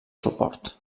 suport